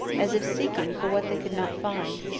as if seeking for what they could not find.